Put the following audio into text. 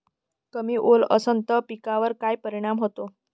कमी ओल असनं त पिकावर काय परिनाम होते?